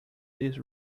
this